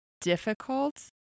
difficult